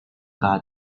car